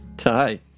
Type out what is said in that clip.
hi